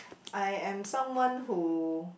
I am someone who